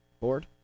board